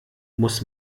muss